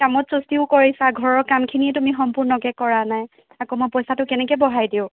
কামত চুস্তিও কৰিছা ঘৰৰ কামখিনি তুমি সম্পূৰ্ণকৈ কৰা নাই আকৌ মই পইচাটো কেনেকৈ বঢ়াই দিওঁ